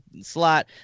slot